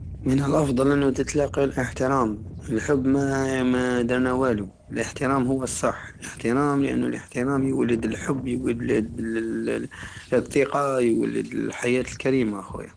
من الافضل انو تتلاق الاحترام الحب مادرنا والو الاحترام هو الصح الاحترام لانو الاحترام يولد الحب يولد تردد. التقة يولد الحيات الكريمة يا خويا